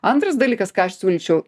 antras dalykas ką aš siūlyčiau